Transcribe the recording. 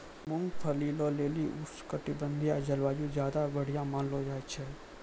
मूंगफली के लेली उष्णकटिबंधिय जलवायु ज्यादा बढ़िया मानलो जाय छै